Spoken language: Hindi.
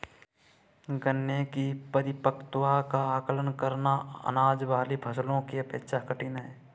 गन्ने की परिपक्वता का आंकलन करना, अनाज वाली फसलों की अपेक्षा कठिन है